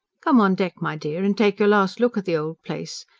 come on deck, my dear, and take your last look at the old place.